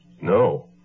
No